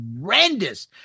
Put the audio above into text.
horrendous